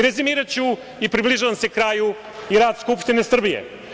Rezimiraću i približavam se kraju i rad Skupštine Srbije.